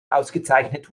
ausgezeichnet